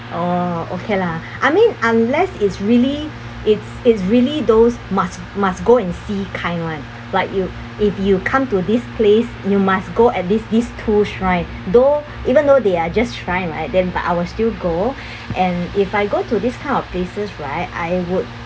oh okay lah I mean unless is really it's it's really those must must go and kind [one] like you if you come to this place you must go at least this two shrine though even though they are just shrine right then but I will still go and if I go to this kind of places right I would